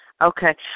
Okay